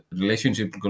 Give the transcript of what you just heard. relationship